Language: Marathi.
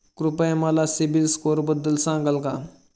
कृपया मला सीबील स्कोअरबद्दल सांगाल का?